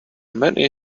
many